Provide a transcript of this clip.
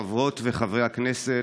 חברות וחברי הכנסת,